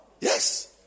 yes